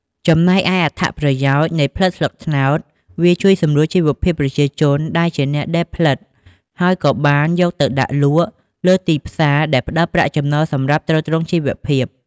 ចំំណែកឯអត្ថប្រយោជន៍នៃផ្លិតស្លឹកត្នោត វាជួយសម្រួលជីវភាពប្រជាជនដែលជាអ្នកដេរផ្លិត ហើយក៏បានយកទៅដាក់លក់លើទីផ្សារដែលផ្តល់ប្រាក់ចំណូលសម្រាប់ទ្រទ្រង់ជីវភាព។